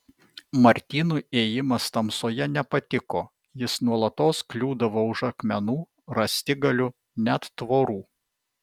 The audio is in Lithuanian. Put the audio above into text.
martynui ėjimas tamsoje nepatiko jis nuolatos kliūdavo už akmenų rąstigalių net tvorų